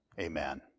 Amen